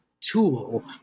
tool